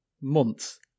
months